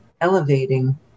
elevating